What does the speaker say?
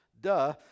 Duh